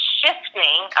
shifting